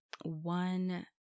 one